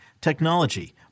technology